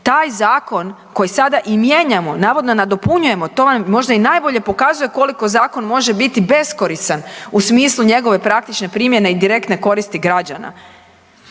Taj zakon koji sada i mijenjamo, navodno nadopunjujemo, to nam možda i najbolje pokazuje koliko zakon može biti beskoristan u smislu njegove praktične primjene i direktne koristi građana.